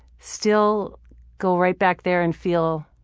still go right back there and feel.